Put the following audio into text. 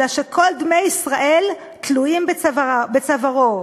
"אלא שכל דמי ישראל תלויין בצווארו,